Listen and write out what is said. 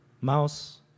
Mouse